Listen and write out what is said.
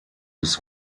bis